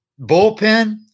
bullpen